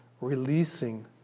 releasing